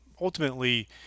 ultimately